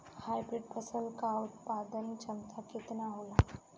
Hybrid फसल क उत्पादन क्षमता केतना होला?